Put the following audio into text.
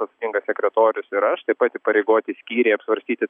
atsakingas sekretorius ir aš taip pat įpareigoti skyriai aptvarkyti